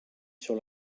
sur